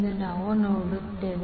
ಎಂದು ನಾವು ನೋಡುತ್ತೇವೆ